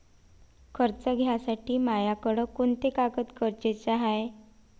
कर्ज घ्यासाठी मायाकडं कोंते कागद गरजेचे हाय?